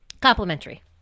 complimentary